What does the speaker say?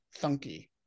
thunky